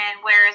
whereas